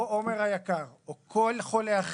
או עומר היקר,